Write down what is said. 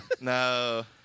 No